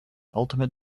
ultimate